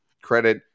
credit